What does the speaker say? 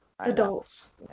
adults